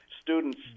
students